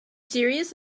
serious